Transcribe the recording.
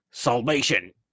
Salvation